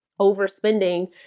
overspending